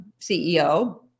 CEO